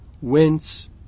whence